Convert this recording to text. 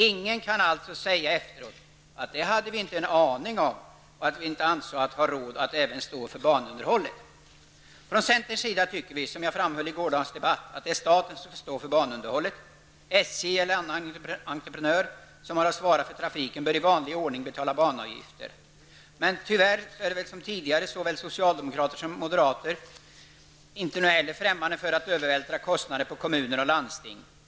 Ingen kan alltså säga efteråt att vi inte hade en aning om att man inte ansåg sig ha råd att även stå för banunderhållet. Från centerns sida tycker vi -- som jag också framhöll i gårdagens debatt -- att det är staten som skall stå för banunderhållet. SJ eller annan entreprenör som har att svara för trafiken bör i vanlig ordning betala banavgifter. Men tyvärr är det väl som tidigare att såväl socialdemokrater som moderater inte heller nu är främmande för att övervältra kostnaderna på kommuner och landsting.